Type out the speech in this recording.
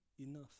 enough